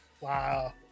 wow